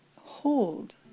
hold